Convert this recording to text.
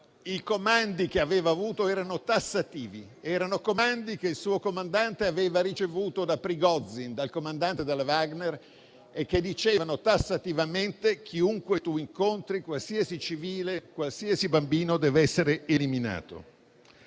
i comandi che aveva ricevuto fossero tassativi. Erano comandi che il suo comandante aveva ricevuto da Prigozhin, il comandante del gruppo Wagner, che dicevano tassativamente: chiunque si incontri, qualsiasi civile, compresi i bambini, deve essere eliminato.